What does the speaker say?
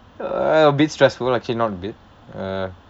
uh a bit stressful actually not a bit uh